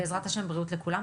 בעזרת השם בריאות לכולם.